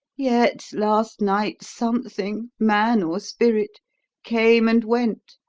yet last night something man or spirit came and went,